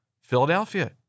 Philadelphia